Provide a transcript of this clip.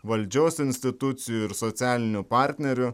valdžios institucijų ir socialiniu partneriu